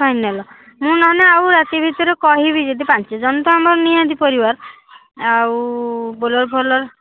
final ମୁଁ ନହେଲେ ଆଉ ରାତି ଭିତରେ କହିବି ଯଦି ପାଞ୍ଚଜଣ ତ ଆମର ନିହାତି ପରିବାର ଆଉ ବୋଲେରୋ ଫୋଲେରୋ